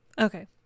Okay